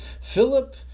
Philip